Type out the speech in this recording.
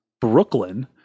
Brooklyn